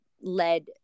led